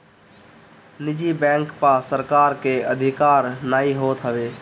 निजी बैंक पअ सरकार के अधिकार नाइ होत हवे